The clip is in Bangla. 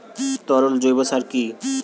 তরল জৈব সার কি?